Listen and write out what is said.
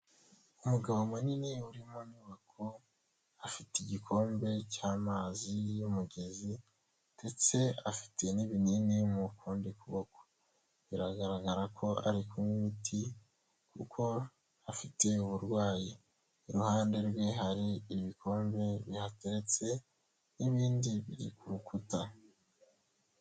Umugabo munini uri mu nyubako afite igikombe cy'amazi y'umugezi ndetse afite n'ibinini mukundi kuboko biragaragara ko ari kunywa imiti kuko afite uburwayi, iruhande rwe hari ibikombe bihateretse n'ibindi biri ku rukuta.